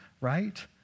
Right